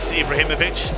ibrahimovic